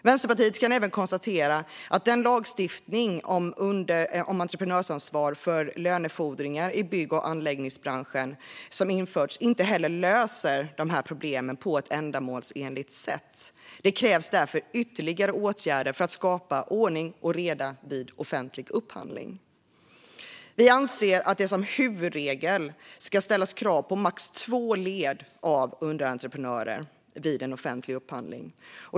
Vänsterpartiet kan även konstatera att den lagstiftning om entreprenörsansvar för lönefordringar i bygg och anläggningsbranschen som har införts inte heller löser dessa problem på ett ändamålsenligt sätt. Det krävs därför ytterligare åtgärder för att skapa ordning och reda vid offentlig upphandling. Vi anser att det som huvudregel ska ställas krav på max två led av underentreprenörer vid offentlig upphandling.